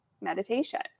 meditation